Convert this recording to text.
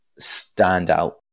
standout